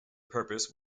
purpose